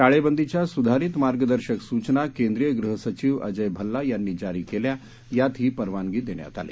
टाळेबंदीच्या सुधारित मार्गदर्शक सुचना केंद्रीय गृह सचिव अजय भल्ला यांनी जारी केल्या यात ही परवानगी देण्यात आली